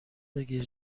بگیر